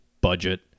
budget